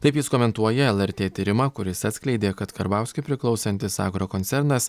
taip jis komentuoja lrt tyrimą kuris atskleidė kad karbauskiui priklausantis agrokoncernas